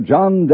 John